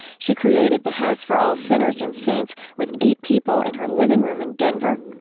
she created the house for all sinners and saints with eight people in her living room in denver.